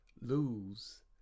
lose